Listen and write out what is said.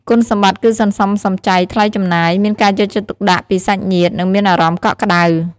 គុណសម្បត្តិគឺសន្សំសំចៃថ្លៃចំណាយ មានការយកចិត្តទុកដាក់ពីសាច់ញាតិ និងមានអារម្មណ៍កក់ក្ដៅ។